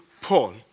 Paul